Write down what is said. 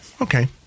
Okay